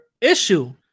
issue